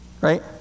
Right